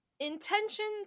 intentions